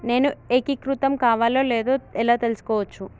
నేను ఏకీకృతం కావాలో లేదో ఎలా తెలుసుకోవచ్చు?